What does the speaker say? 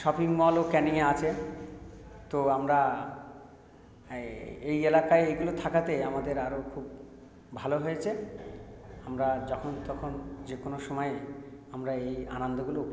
shopping মলও ক্যানিংয়ে আছে তো আমরা হ্যাঁ এই এলাকায় এইগুলো থাকাতে আমাদের আরো খুব ভালো হয়েছে আমরা যখন তখন যে কোনো সময়ে আমরা এই আনন্দগুলো উপভোগ করি